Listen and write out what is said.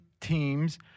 teams